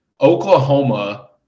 Oklahoma